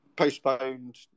postponed